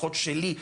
לפחות שלי,